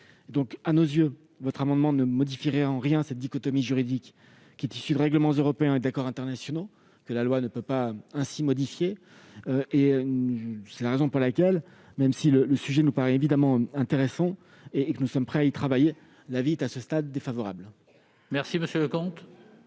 l'adoption de cet amendement ne modifierait en rien cette dichotomie juridique, issue de règlements européens et d'accords internationaux que la loi ne peut pas ainsi modifier. C'est la raison pour laquelle, même si le sujet nous paraît évidemment intéressant et même si nous sommes prêts à y travailler, l'avis du Gouvernement est, à ce stade, défavorable. La parole est